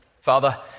Father